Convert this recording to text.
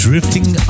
Drifting